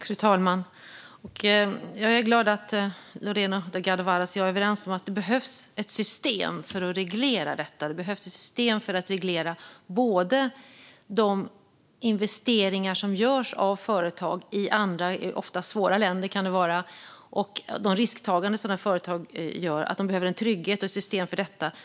Fru talman! Jag är glad att Lorena Delgado Varas och jag är överens om att det behövs ett system för att reglera detta. Det behövs ett system för att reglera både de investeringar som görs av företag i andra oftast svåra länder och det risktagande som företag gör som innebär att de behöver en trygghet och ett system för detta.